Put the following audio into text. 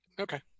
Okay